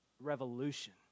revolution